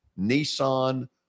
Nissan